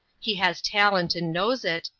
he has talent and knows it,